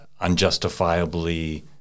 unjustifiably